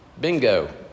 Bingo